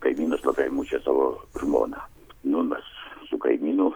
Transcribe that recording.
kaimynas labai mušė savo žmoną nu mes su kaimynu